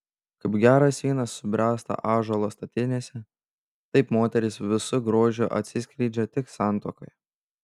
kaip geras vynas subręsta ąžuolo statinėse taip moteris visu grožiu atsiskleidžia tik santuokoje